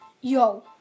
Yo